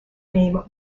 name